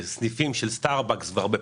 בסניפים של בתי קפה מסוימים בעולם הוא בהרצה.